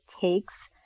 takes